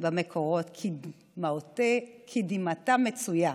במקורות "שדמעתה מצויה"